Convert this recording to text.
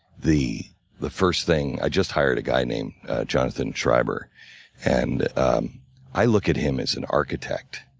the the first thing i just hired a guy named jonathan schriber and i look at him as an architect.